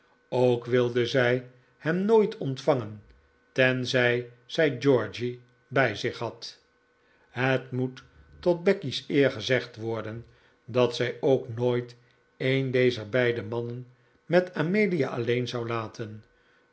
ook wilde zij hem nooit ontvangen tenzij zij georgy bij zich had het moet tot becky's eer gezegd worden dat zij ook nooit een dezer beide mannen met amelia alleen zou laten